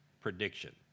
prediction